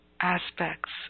aspects